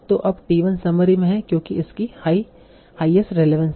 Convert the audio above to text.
तो अब t 1 summary में है क्योंकि इसकी हाईएस्ट रेलेवंस है